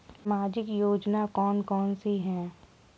सामाजिक योजना कौन कौन सी हैं?